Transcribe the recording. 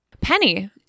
Penny